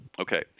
Okay